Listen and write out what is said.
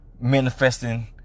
Manifesting